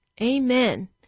Amen